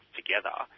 together